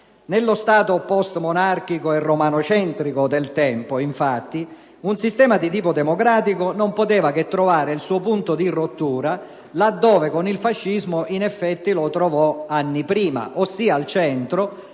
Nello Stato post-monarchico e romanocentrico del tempo, infatti, un sistema di tipo democratico non poteva che trovare il suo punto di rottura là dove con il fascismo, in effetti, lo trovò anni prima: al centro,